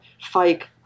fake